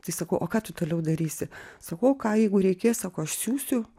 tai sakau o ką tu toliau darysi sako o ką jeigu reikės sako aš siųsiu